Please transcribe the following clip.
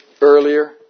earlier